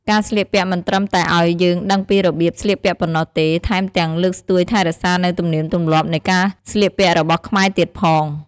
ការស្លៀកពាក់មិនត្រឹមតែឲ្យយើងដឹងពីរបៀបស្លៀកពាក់ប៉ុណ្ណោះទេ ថែមទាំងលើកស្ទួយថែរក្សានូវទំនៀមទម្លាប់នៃការសម្លៀកពាក់របស់ខ្មែរទៀតផង។